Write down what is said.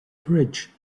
bridge